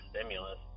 stimulus